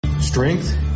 Strength